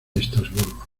estrasburgo